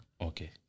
Okay